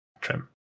trim